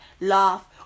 laugh